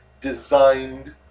designed